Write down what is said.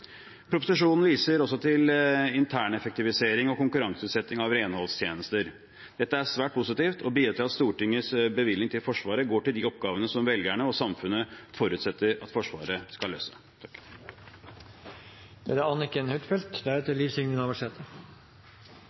Proposisjonen viser også til intern effektivisering og konkurranseutsetting av renholdstjenester. Dette er svært positivt og bidrar til at Stortingets bevilgninger til Forsvaret går til de oppgavene som velgerne og samfunnet forutsetter at Forsvaret skal løse. Den største enkeltsaken i det som her legges fram, er